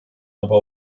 aber